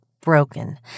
broken